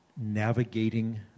navigating